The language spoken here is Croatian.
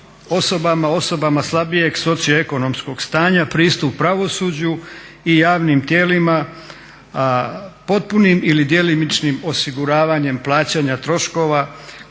osobama slabijeg socio-ekonomskog stanja pristup pravosuđu i javnim tijelima, potpunim ili djelomičnim osiguravanjem plaćanja troškova